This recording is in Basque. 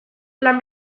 lan